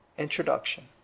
introduction.